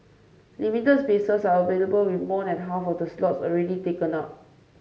limited spaces are available with more than half of the slots already taken up